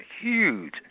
huge